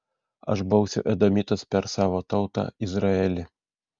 aš bausiu edomitus per savo tautą izraelį